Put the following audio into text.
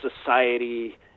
society